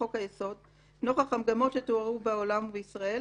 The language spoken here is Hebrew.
חוק היסוד נוכח המגמות שתוארו בעולם ובישראל,